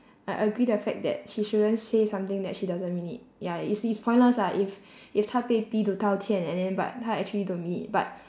I agree the fact that she shouldn't say something that she doesn't mean it ya it's it's pointless lah if if 她被逼 to 道歉 and then but 她 actually don't mean it but